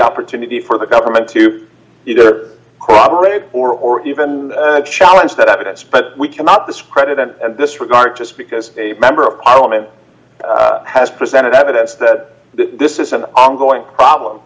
opportunity for the government to either cooperate or even challenge that evidence but we cannot this credit in this regard just because a member of parliament has presented evidence that this is an ongoing problem